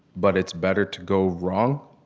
but it's better to go wrong,